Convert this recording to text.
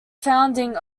founding